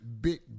Big